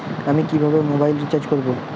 আমি কিভাবে mobile recharge করব?